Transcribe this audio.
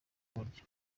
burya